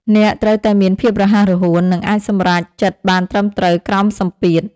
អ្នកត្រូវតែមានភាពរហ័សរហួន និងអាចសម្រេចចិត្តបានត្រឹមត្រូវក្រោមសម្ពាធ។